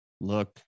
look